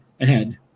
ahead